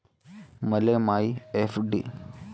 मले मायी आर.डी कवा संपन अन त्याबाबतच्या सूचना मायती कराच्या हाय